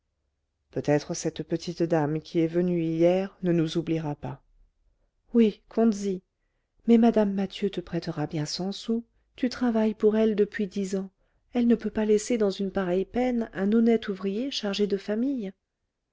peut-être cette petite dame qui est venue hier ne nous oubliera pas oui comptes y mais mme mathieu te prêtera bien cent sous tu travailles pour elle depuis dix ans elle ne peut pas laisser dans une pareille peine un honnête ouvrier chargé de famille